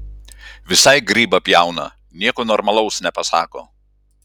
visai grybą pjauna nieko normalaus nepasako